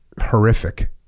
horrific